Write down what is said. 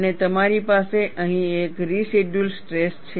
અને તમારી પાસે અહીં એક રેસિડયૂઅલ સ્ટ્રેસ છે